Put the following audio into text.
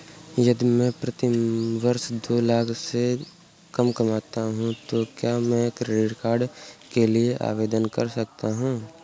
यदि मैं प्रति वर्ष दो लाख से कम कमाता हूँ तो क्या मैं क्रेडिट कार्ड के लिए आवेदन कर सकता हूँ?